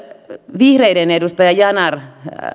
vihreiden edustaja yanar